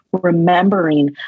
remembering